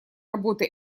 работы